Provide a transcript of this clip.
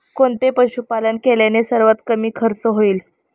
कोणते पशुपालन केल्याने सर्वात कमी खर्च होईल?